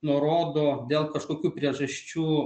nurodo dėl kažkokių priežasčių